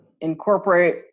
incorporate